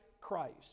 Christ